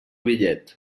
bitllet